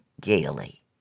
gaily